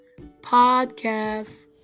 podcasts